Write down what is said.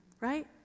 Right